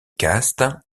castes